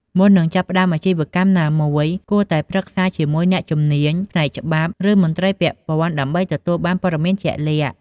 មុននឹងចាប់ផ្តើមអាជីវកម្មណាមួយ គួរតែប្រឹក្សាជាមួយអ្នកជំនាញផ្នែកច្បាប់ ឬមន្ត្រីពាក់ព័ន្ធដើម្បីទទួលបានព័ត៌មានជាក់លាក់។